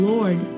Lord